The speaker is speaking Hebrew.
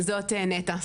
זאת נטע.